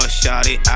shawty